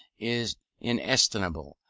is inestimable,